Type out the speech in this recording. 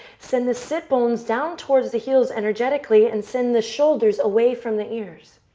send the sit bones down towards the heels energetically, and send the shoulders away from the ears.